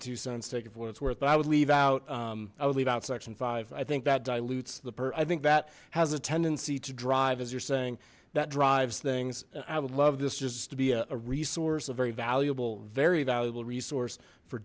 two sons take it for what it's worth but i would leave out i would leave out section five i think that dilutes the per i think that has a tendency to drive as you're saying that drives things i would love this just to be a resource a very valuable very valuable resource for